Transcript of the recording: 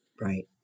Right